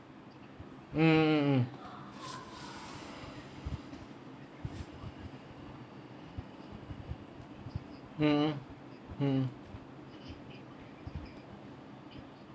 mm mm mm mm mm mm mm mm